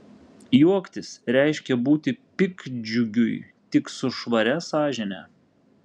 juoktis reiškia būti piktdžiugiui tik su švaria sąžine